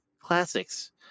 Classics